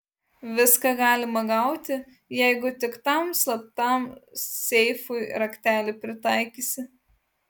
viską galima gauti jeigu tik tam slaptam seifui raktelį pritaikysi